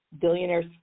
billionaires